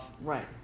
Right